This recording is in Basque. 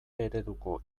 ereduko